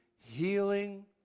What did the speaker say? healing